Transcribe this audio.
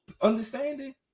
understanding